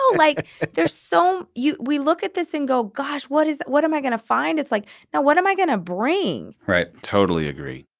like there's so you we look at this and go, gosh, what is what am i going to find? it's like, now what am i going to brain? right. totally agree